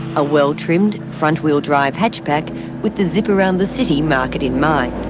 a well-trimmed, front-wheel-drive hatchback with the zip-around-the-city market in mind.